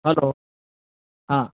hello હા